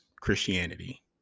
Christianity